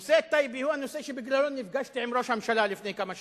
נושא טייבה הוא הנושא שבגללו נפגשתי עם ראש הממשלה לפני כמה שבועות.